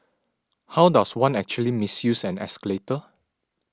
how does one actually misuse an escalator